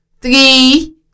three